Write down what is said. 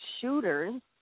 shooters